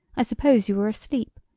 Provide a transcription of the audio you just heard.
i suppose you were asleep.